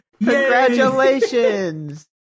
Congratulations